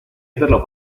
hacerlo